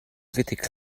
kritik